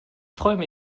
träume